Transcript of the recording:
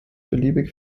beliebig